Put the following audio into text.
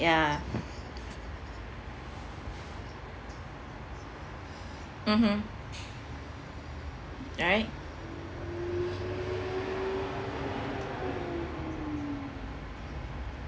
ya mmhmm right